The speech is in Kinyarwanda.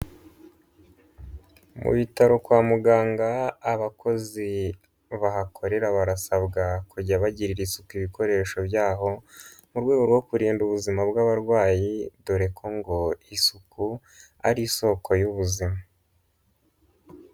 Mu bitaro kwa muganga, abakozi bahakorera barasabwa kujya bagirira isuku ibikoresho byaho, mu rwego rwo kurinda ubuzima bw'abarwayi, dore ko ngo isuku ari isoko y'ubuzima.